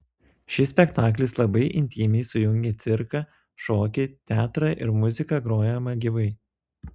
šis spektaklis labai intymiai sujungia cirką šokį teatrą ir muziką grojamą gyvai